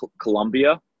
Colombia